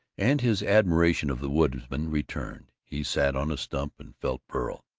and his admiration of the woodsman returned. he sat on a stump and felt virile.